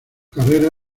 carrera